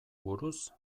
buruz